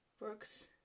works